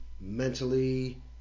mentally